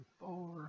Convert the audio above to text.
four